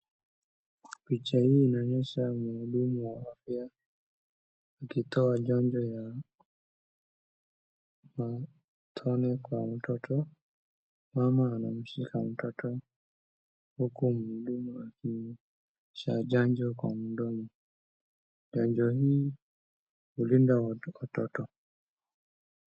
Picha hii inaonyesha muhudumu wa afya akitoa chanjo ya tone kwa mtoto. Mama anamshika mtoto huku muhudumu akiingiza chanjo kwa mdomo. Chanjo hii hulinda watoto.